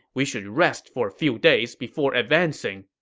we should rest for a few days before advancing.